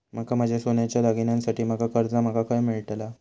माका माझ्या सोन्याच्या दागिन्यांसाठी माका कर्जा माका खय मेळतल?